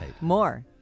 More